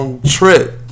trip